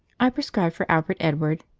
i prescribed for albert edward,